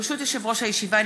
ברשות יושב-ראש הישיבה,